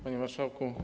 Panie Marszałku!